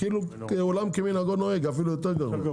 זה כאילו עולם כמנהגו נוהג, זה אפילו יותר גרוע.